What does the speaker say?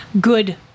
Good